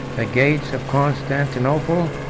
the gates of constantinople,